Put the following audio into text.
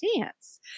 Dance